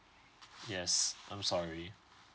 yes I'm sorry